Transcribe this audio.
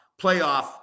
playoff